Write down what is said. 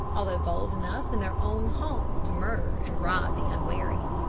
although bold enough in their own haunts to murder and rob the unwary.